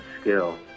skill